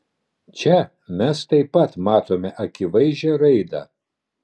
čia mes taip pat matome akivaizdžią raidą